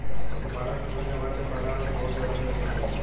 पशुपालन से दुनियाभर के पर्यावरण पर बहुते जरूरी असर पड़ेला